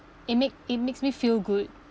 it make it makes me feel good